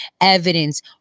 evidence